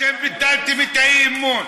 אתם ביטלתם את האי-אמון.